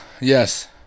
yes